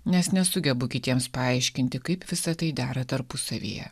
nes nesugebu kitiems paaiškinti kaip visa tai dera tarpusavyje